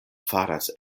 faras